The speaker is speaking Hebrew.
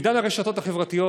עידן הרשתות החברתיות,